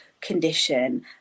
condition